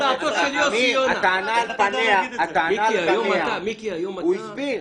אבל הוא הסביר,